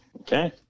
okay